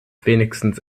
wenigstens